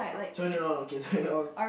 turn it around okay right now